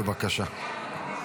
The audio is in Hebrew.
בבקשה.